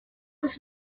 sus